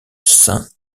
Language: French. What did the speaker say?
saint